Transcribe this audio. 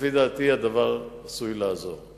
לפי דעתי הדבר עשוי לעזור.